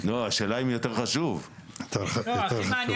אז ייצגתי אותך, מה שנקרא.